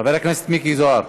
חבר הכנסת מיקי זוהר,